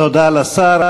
תודה לשר.